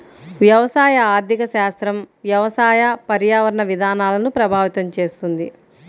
వ్యవసాయ ఆర్థిక శాస్త్రం వ్యవసాయ, పర్యావరణ విధానాలను ప్రభావితం చేస్తుంది